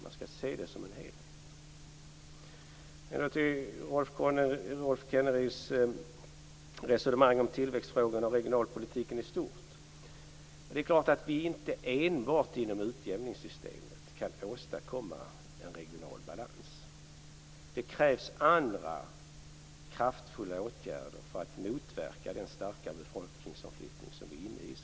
Man skall se det som en helhet. Så till Rolf Kenneryds resonemang om tillväxtfrågan och regionalpolitiken i stort. Det är klart att vi inte enbart genom utjämningssystemet kan åstadkomma en regional balans. Det krävs andra kraftfulla åtgärder för att motverka den starka befolkningsomflyttning som vi i Sverige är inne i.